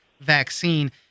vaccine